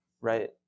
Right